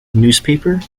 newspaper